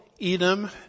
Edom